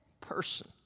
person